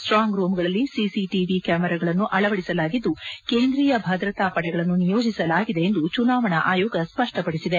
strong ರೂಂಗಳಲ್ಲಿ CCTV ಕ್ಯಾಮೆರಾಗಳನ್ನು ಅಳವಡಿಸಲಾಗಿದ್ದು ಕೇಂದ್ರೀಯ ಭದ್ರತಾ ಪಡೆಗಳನ್ನು ನಿಯೋಜಿಸಲಾಗಿದೆ ಎಂದು ಚುನಾವಣಾ ಆಯೋಗ ಸ್ವಷ್ವಪಡಿಸಿದೆ